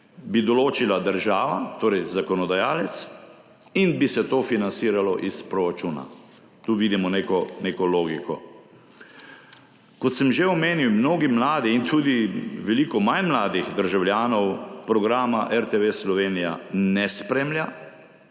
določila država, torej zakonodajalec, in bi se to financiralo iz proračuna. Tu vidimo neko logiko. Kot sem že omenil, mnogi mladi in tudi veliko manj mladih državljanov programa RTV Slovenija ne spremlja,